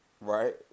Right